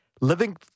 Living